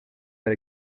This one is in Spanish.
del